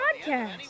podcast